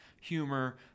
humor